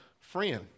friend